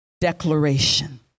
declaration